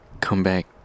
comeback